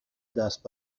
دست